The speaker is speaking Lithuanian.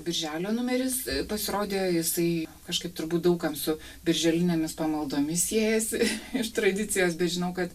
birželio numeris pasirodė jisai kažkaip turbūt daug kam su birželinėmis pamaldomis siejasi tradicijos bei žinau kad